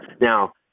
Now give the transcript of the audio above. Now